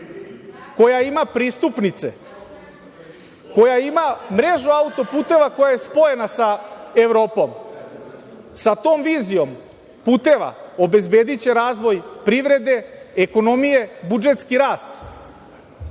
koja ima pristupnice, koja ima mrežu autoputeva koja je spojena sa Evropom. Sa tom vizijom puteva obezbediće razvoj privrede, ekonomije, budžetski rast,